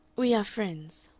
we are friends,